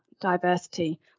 diversity